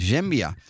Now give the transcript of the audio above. Zambia